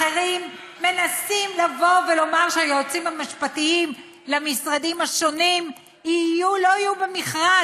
אחרים מנסים לומר שהיועצים המשפטיים למשרדים השונים לא יהיו במכרז,